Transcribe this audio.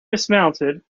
dismounted